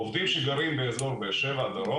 עובדים שגרים באזור באר שבע והדרום